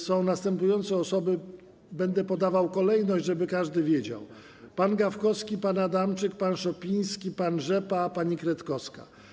Są następujące osoby, będę podawał kolejność, żeby każdy wiedział: pan Gawkowski, pan Adamczyk, pan Szopiński, pan Rzepa, pani Kretkowska.